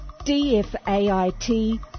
DFAIT